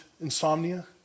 insomnia